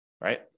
right